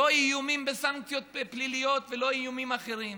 לא איומים בסנקציות פליליות ולא איומים אחרים.